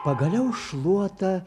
pagaliau šluota